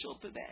today